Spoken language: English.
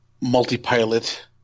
multi-pilot